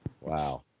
Wow